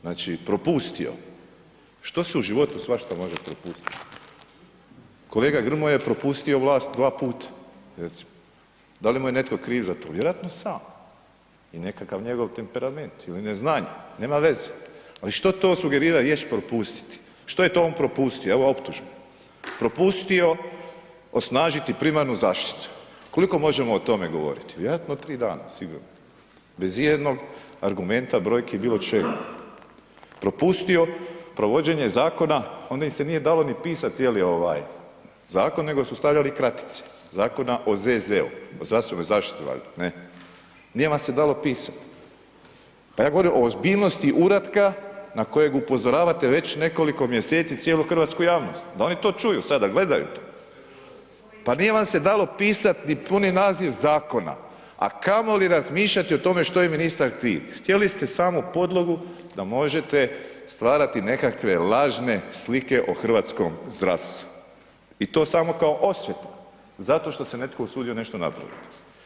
Znači propustio, što se u životu svašta može propustit, kolega Grmoja je propustio vlast dva puta recimo, da li mu je netko kriv za to, vjerojatno sam i nekakav njegov temperament ili neznanje, nema veze, ali što to sugerira riječ „propustiti“, što je on to propustio, evo optužbe, propustio osnažiti primarnu zaštitu, koliko možemo o tome govoriti, vjerojatno 3 dana sigurno, bez ijednog argumenta, brojki, bilo čega, propustio provođenje zakona, onda im se nije dalo ni pisat cijeli ovaj zakon, nego su stavljali kratice, Zakona o ZZ-u, o zdravstvenoj zaštiti valjda ne, nije vam se dalo pisat, pa ja govorim o ozbiljnosti uratka na kojeg upozoravate već nekoliko mjeseci cijelu hrvatsku javnost, da oni to čuju sada, gledaju to, pa nije vam se dalo pisat ni puni naziv zakona, a kamoli razmišljati o tome što je ministar htio, htjeli ste samo podlogu da možete stvarati nekakve lažne slike o hrvatskom zdravstvu i to samo kao osveta zato što se netko usudio nešto napravit.